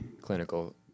clinical